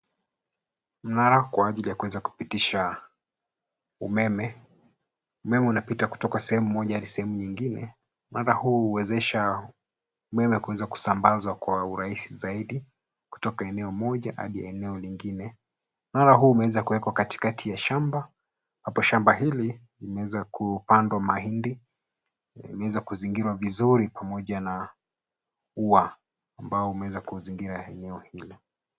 Mngara kwa ajili ya kuweza kupitisha umeme, umeme unapita kutoka sehemu moja hadi sehemu nyingine. Mngara huu huwezesha umeme kuweza kusambazwa kwa urahisi zaidi, kutoka eneo moja hadi eneo lingine. Mngara huu umewekwa katikati ya shamba ambapo shamba hili limewezwa kupandwa mahindi, umeweza kuzingirwa vizuri pamoja na ua ambao umeweza kuzingira eneo hilo